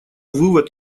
вывод